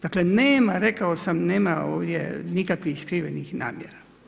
Dakle, nema, rekao sam, nema ovdje, nikakvih skrivenih namjera.